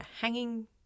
hanging